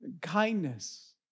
kindness